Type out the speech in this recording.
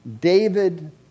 David